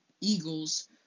Eagles